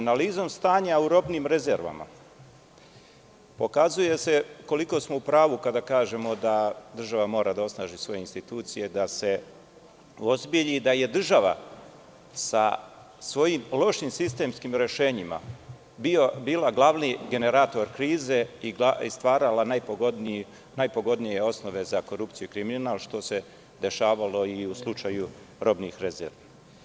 Analizom stanja u robnim rezervama pokazuje se koliko smo u pravu kada kažemo da država mora da osnaži svoje institucije, da se uozbilji i da je država sa svojim lošim sistemskim rešenjima bila glavni generator krize i stvarala najpogodnije osnove za korupciju i kriminal, što se dešavalo i u slučaju robnih rezervi.